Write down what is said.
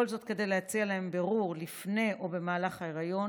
כל זאת כדי להציע להם בירור לפני או במהלך ההיריון